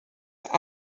auch